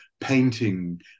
painting